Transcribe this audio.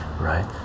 right